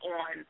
on